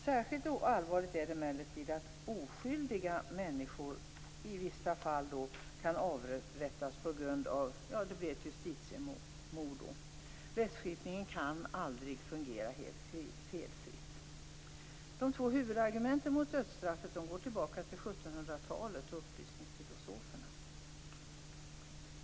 Särskilt allvarligt är det emellertid att oskyldiga människor i vissa fall kan avrättas. Då blir det ett justitiemord. Rättskipningen kan aldrig fungera helt felfritt. De två huvudargumenten mot dödsstraffet går tillbaka till 1700-talet och upplysningsfilosoferna.